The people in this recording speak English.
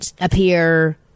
appear